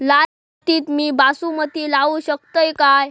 लाल मातीत मी बासमती लावू शकतय काय?